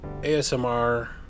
ASMR